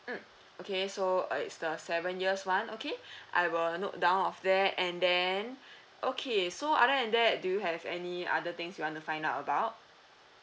mm okay so uh it's the seven years one okay I will note down of that and then okay so other than that do you have any other things you want to find out about